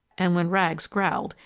and when rags growled,